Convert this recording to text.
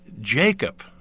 Jacob